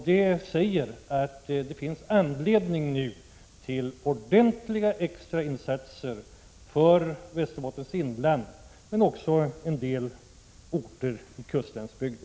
Det visar att det nu finns anledning till ordentliga extrainsatser för Västerbottens inland men också för en del orter i kustlandsbygden.